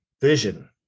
vision